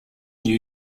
new